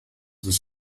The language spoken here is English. was